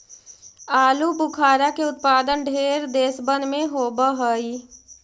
आलूबुखारा के उत्पादन ढेर देशबन में होब हई